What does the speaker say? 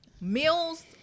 meals